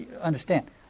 understand